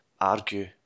argue